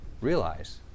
realize